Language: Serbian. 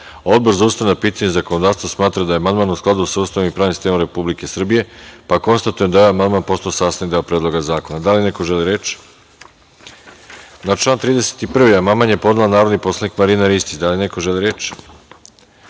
za ustavna pitanja i zakonodavstvo smatra da je amandman u skladu sa Ustavom i pravnim sistemom Republike Srbije, pa konstatujem da je ovaj amandman postao sastavni deo Predloga zakona. Da li neko želi reč? (Ne.)Na član 31. amandman je podnela narodni poslanik Marina Ristić. Da li neko želi reč?